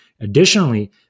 Additionally